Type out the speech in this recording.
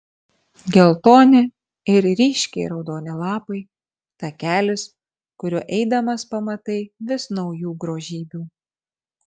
geltoni ir ryškiai raudoni lapai takelis kuriuo eidamas pamatai vis naujų grožybių